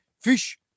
Fish